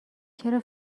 چرا